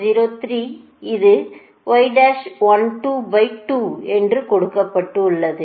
03 இது என்று கொடுக்கப்பட்டுள்ளது